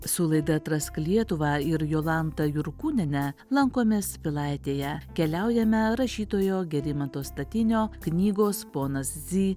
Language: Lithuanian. su laida atrask lietuvą ir jolanta jurkūniene lankomės pilaitėje keliaujame rašytojo gerimanto statinio knygos ponas zy